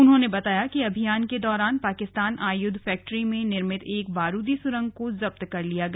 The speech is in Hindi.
उन्होंने बताया कि अभियान के दौरान पाकिस्तान आयुध फैक्ट्री में निर्मित एक बारूदी सुरंग को जब्त कर लिया गया